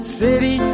city